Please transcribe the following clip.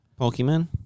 Pokemon